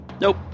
Nope